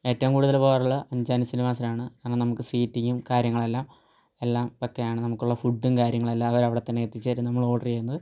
ഏറ്റവും കൂടുതൽ പോകാറുള്ളത് അഞ്ചാനീ സിനിമാസിലാണ് കാരണം നമുക്ക് സീറ്റിങ്ങും കാര്യങ്ങളെല്ലാം എല്ലാം നമുക്കുള്ള ഫുഡും കാര്യങ്ങളെല്ലാം അവർ അവിടെ തന്നെ എത്തിച്ചു തരും നമ്മൾ ഓർഡർ ചെയ്യുന്നത്